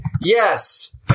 Yes